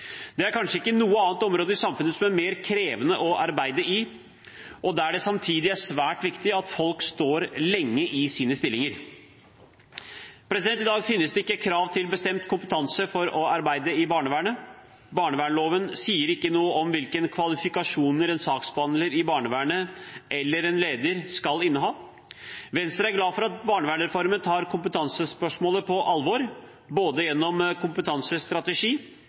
Det er kanskje ikke noe annet område i samfunnet som er mer krevende å arbeide i, og der det samtidig er svært viktig at folk står lenge i sine stillinger. I dag finnes det ikke krav til bestemt kompetanse for å arbeide i barnevernet. Barnevernsloven sier ikke noe om hvilke kvalifikasjoner en saksbehandler i barnevernet, eller en leder, skal inneha. Venstre er glad for at barnevernsreformen tar kompetansespørsmålet på alvor, både gjennom kompetansestrategi,